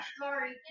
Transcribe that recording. Sorry